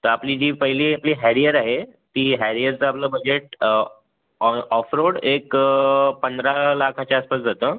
तर आपली जी पहिली आपली हॅरिअर आहे ती हॅरिअरचं आपलं बजेट ऑ ऑफ रोड एक पंधरा लाखाच्या आसपास जातं